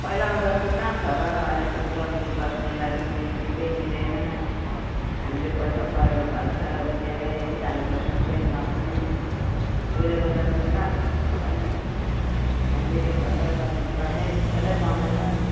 पहिलाको जस्तो कहाँ छ र अहिले त बुढा बुढी बस्नेलाई पनि सिटै दिँदैन हामीले पैसा परेको भन्छ उभिएरै जानुपर्छ ट्रेनमा पनि उहिलेको जस्तो कहाँ छ छैन नि हेन्डिकेपहरूलाई पनि बस्ने सिटै पाउँदैन